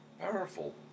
powerful